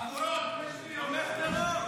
יועץ של רוצח.